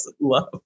love